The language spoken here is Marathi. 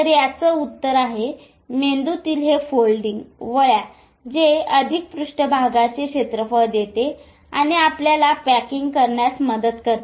तर याच उत्तर आहेत मेंदूतील हे फोल्डिंग वळ्या जे अधिक पृष्ठभागाचे क्षेत्रफळ देते आणि आपल्याला पॅकिंग करण्यास मदत करते